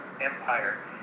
empire